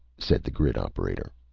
said the grid operator.